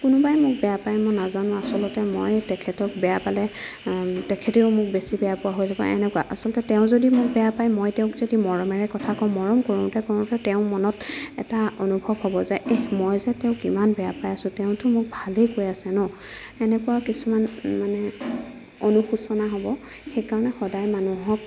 কোনোবাই মোক বেয়া পায় মই নাজানো আচলতে মই তেখেতক বেয়া পালে তেখেতেও মোক বেছি বেয়া পোৱা হৈ যাব এনেকুৱা আচলতে তেওঁ যদি মোক বেয়া পায় মই তেওঁক যদি মৰমেৰে কথা কওঁ মৰম কৰোঁ তেওঁ মনত এটা অনুভৱ হ'ব যে এহ্ মইযে তেওঁক ইমান বেয়া পাই আছোঁ তেওঁতো মোক ভালেই কৈ আছে ন এনেকুৱা কিছুমান মানে অনুশোচনা হ'ব সেইকাৰণে সদায় মানুহক